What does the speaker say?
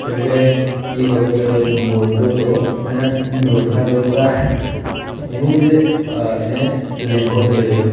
કેમ કે એ એક વખત દોડતો હતો અને દોડતા દોડતા એનું જે એણે લેંઘો પહેર્યો હતો